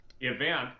event